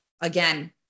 again